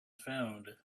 found